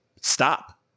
stop